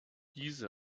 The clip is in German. diese